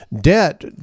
debt